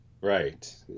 Right